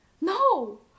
no